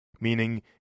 meaning